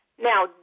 Now